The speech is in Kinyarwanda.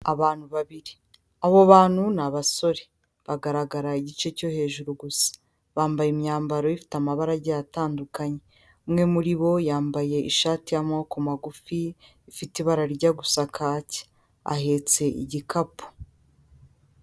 Abantu babiri abo bantu ni abasore bagaragara igice cyo hejuru gusa, bambaye imyambaro ifite amabara agiye atandukanye, umwe muri bo yambaye ishati y'amaboko magufi ifite ibara rijya gusa kake ahetse igikapu.